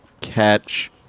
catch